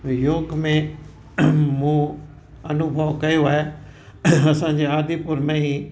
योग में मूं अनुभव कयो आहे असांजे आदिपुर में ई